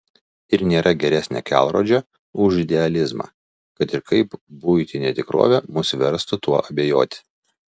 ir nėra geresnio kelrodžio už idealizmą kad ir kaip buitinė tikrovė mus verstų tuo abejoti